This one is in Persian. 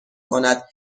کند